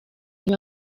niba